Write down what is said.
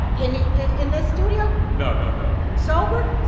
in ah in the studio? no, no, no sober?